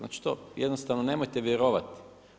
Znači to jednostavno nemojte vjerovati.